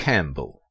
Campbell